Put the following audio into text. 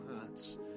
hearts